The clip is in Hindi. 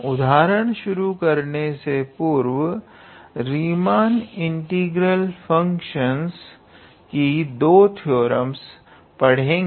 उदाहरण शुरू करने से पूर्व रीमान इंटीग्रेबल फंक्शनस की 2 ओर थ्योरमस पढ़ेंगे